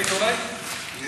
אני